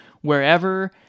wherever